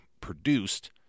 produced